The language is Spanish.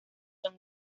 son